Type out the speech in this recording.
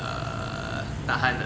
uh tahan ah